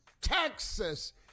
Texas